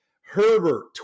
Herbert